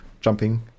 jumping